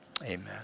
amen